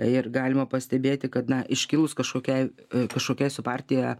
ir galima pastebėti kad na iškilus kažkokiai kažkokiai su partija